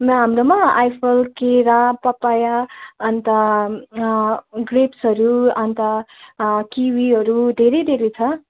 याँ हाम्रोमा आइफल केरा पपाया अन्त ग्रेप्सहरू अन्त किवीहरू धेरै धेरै छ